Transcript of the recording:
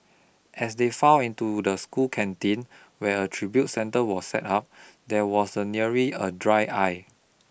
as they filed into the school canteen where a tribute centre was set up there was a nary a dry eye